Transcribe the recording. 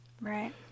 Right